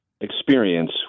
experience